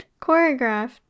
Choreographed